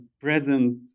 present